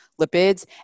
lipids